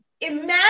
imagine